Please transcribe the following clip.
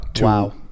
Wow